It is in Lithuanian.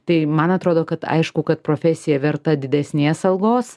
tai man atrodo kad aišku kad profesija verta didesnės algos